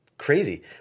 crazy